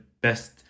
best